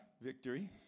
victory